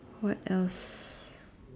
what else